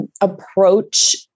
approach